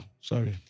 sorry